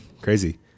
Crazy